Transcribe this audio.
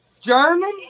German